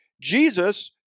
Jesus